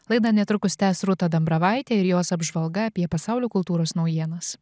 laidą netrukus tęs rūta dambravaitė ir jos apžvalga apie pasaulio kultūros naujienas